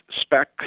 spec